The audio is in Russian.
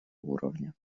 уровня